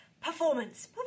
performance